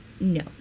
No